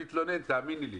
מתלונן, אני מתלונן, תאמיני לי.